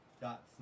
dot